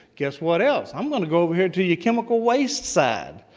guess what else? i'm going to go over here to your chemical waste side,